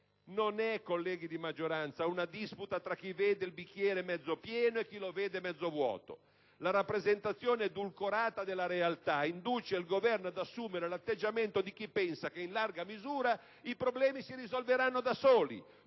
Colleghi di maggioranza, non è una disputa tra chi vede il bicchiere mezzo pieno e chi lo vede mezzo vuoto. La rappresentazione edulcorata della realtà induce il Governo ad assumere l'atteggiamento di chi pensa che in larga misura i problemi si risolveranno da soli,